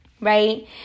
right